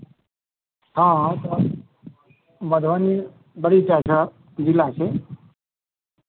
हँ हँ तऽ मधुबनी बड़ी टाके जिला छै